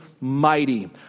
mighty